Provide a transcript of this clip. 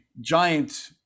giant